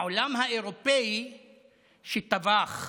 העולם האירופי טבח ביהודים,